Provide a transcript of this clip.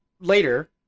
later